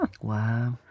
Wow